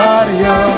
Mario